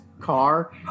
car